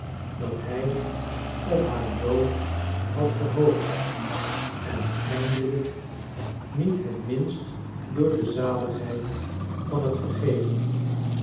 dat hij op haar dood had gehoopt en eindelijk niet het minst door de zaligheid van het vergeven